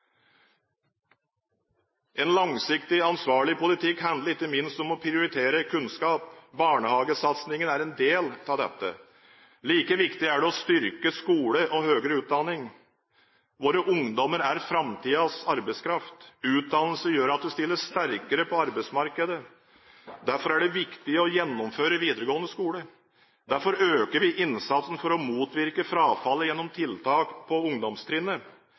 En langsiktig, ansvarlig politikk handler ikke minst om å prioritere kunnskap. Barnehagesatsingen er én del av dette. Like viktig er det å styrke skole og høyere utdanning. Våre ungdommer er framtidens arbeidskraft. Utdannelse gjør at du stiller sterkere på arbeidsmarkedet. Derfor er det viktig å gjennomføre videregående skole. Derfor øker vi innsatsen for å motvirke frafallet gjennom tiltak på ungdomstrinnet.